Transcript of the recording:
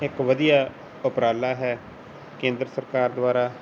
ਇੱਕ ਵਧੀਆ ਉਪਰਾਲਾ ਹੈ ਕੇਂਦਰ ਸਰਕਾਰ ਦੁਆਰਾ